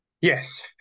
Yes